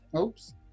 Oops